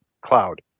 cloud